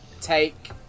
take